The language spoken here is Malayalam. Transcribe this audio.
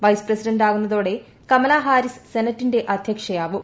വൈസ് പ്രസിഡന്റാകുന്നതോടെ കമല ഹാരിസ് സെനറ്റിന്റെ അധ്യക്ഷയാവും